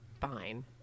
fine